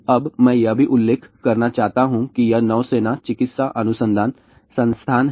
अब मैं यह भी उल्लेख करना चाहता हूं कि यह नौसेना चिकित्सा अनुसंधान संस्थान है